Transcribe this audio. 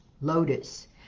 Lotus